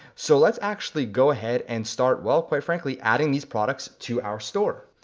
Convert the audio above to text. so let's actually go ahead and start, well, quite frankly, adding these products to our store.